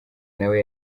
nawe